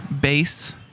bass